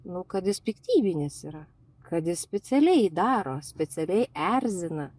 nu kad jis piktybinis yra kad jis specialiai daro specialiai erzina